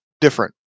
different